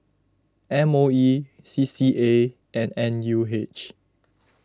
M O E C C A and N U H